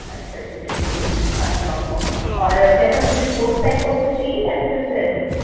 अच्छा अच्छा चलिए ठीक है मैं दिखाती हूँ आपको और कैसा कुछ स्पोर्ट्स टाइप का भी कुछ चाहिए या तो सिर्फ़ ऐसे ही